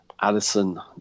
Addison